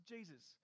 Jesus